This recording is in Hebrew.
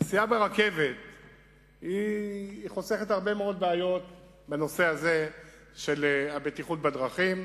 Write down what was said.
הנסיעה ברכבת חוסכת הרבה בעיות בנושא הזה של בטיחות בדרכים.